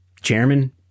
chairman